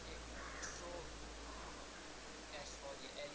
mmhmm